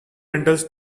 rentals